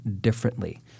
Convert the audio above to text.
differently